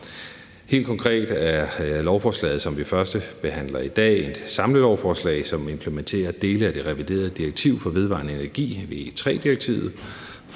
Helt konkret er lovforslaget, som vi førstebehandler i dag, et samlelovforslag, som implementerer dele af det reviderede direktiv for vedvarende energi – VE III-direktivet